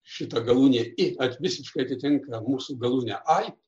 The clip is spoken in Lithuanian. šita galūnė i net visiškai atitinka mūsų galūnę ai